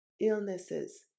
illnesses